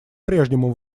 прежнему